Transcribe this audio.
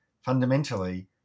fundamentally